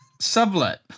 sublet